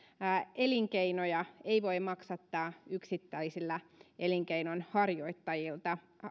elinkeinoja ei voi maksattaa yksittäisillä elinkeinonharjoittajilla